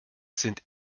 sind